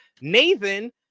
Nathan